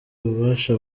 ububasha